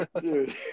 Dude